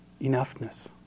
enoughness